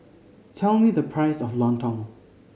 tell me the price of Lontong